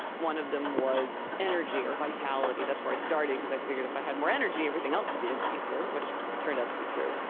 one of them was energy or vitality. that's where i started because i figured if i had more energy, everything else would be and easier, which turned out to be true.